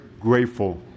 grateful